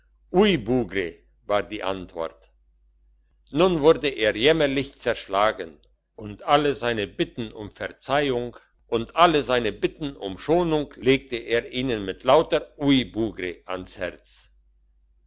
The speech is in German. war die antwort nun wurde er jämmerlich zerschlagen und alle seine bitten um verzeihung und alle seine bitten um schonung legte er ihnen mit lauter oui bougre ans herz